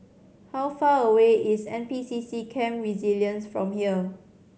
how far away is N P C C Camp Resilience from here